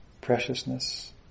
preciousness